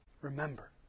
Remember